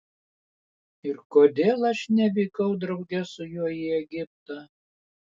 ir kodėl aš nevykau drauge su juo į egiptą